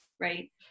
right